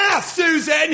Susan